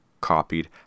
copied